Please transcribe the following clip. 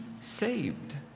saved